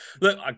look